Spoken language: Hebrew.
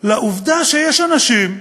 לעובדה שיש אנשים.